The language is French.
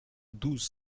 douze